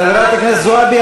חברת הכנסת זועבי,